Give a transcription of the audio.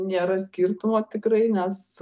nėra skirtumo tikrai nes